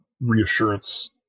reassurance